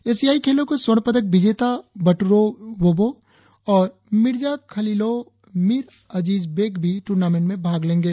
एशियाई खेलो के स्वर्ण पदक विजेता बटुरोव बोबो और मिर्जाखलीलोव मीर अजीजबेक भी टूर्नामेंट में भाग लेंगें